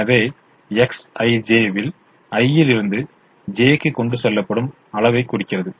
எனவே Xij வில் i இலிருந்து j க்கு கொண்டு செல்லப்படும் அளவை குறிக்கிறது